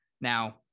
Now